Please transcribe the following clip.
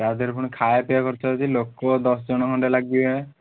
ତା ଧିଏରେ ପୁଣି ଖାଇବା ପିଇବା ଖର୍ଚ୍ଚ ଅଛି ଲୋକ ଦଶଜଣ ଖଣ୍ଡେ ଲାଗିବେ